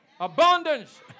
Abundance